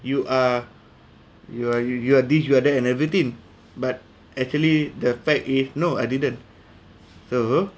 you are you are you you are this you are that and everything but actually the fact is no I didn't so